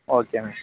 okay ma'am